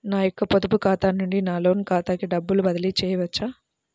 నా యొక్క పొదుపు ఖాతా నుండి నా లోన్ ఖాతాకి డబ్బులు బదిలీ చేయవచ్చా?